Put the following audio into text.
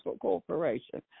corporation